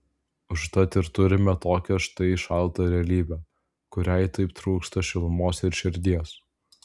užtat ir turime tokią štai šaltą realybę kuriai taip trūksta šilumos ir širdies